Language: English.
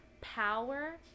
power